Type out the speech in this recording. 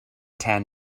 tan